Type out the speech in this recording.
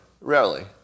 rarely